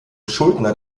schuldner